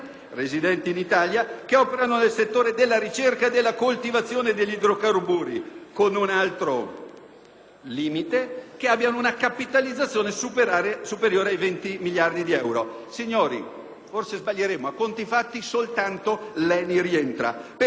e che hanno una capitalizzazione superiore ai 20 miliardi di euro. Signori, forse sbaglieremo, ma a conti fatti soltanto l'ENI rientra, per cui tutti i cittadini ne beneficeranno e soltanto un'impresa, con un'addizionale del 4 per cento, si sobbarcherà i costi.